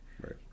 Right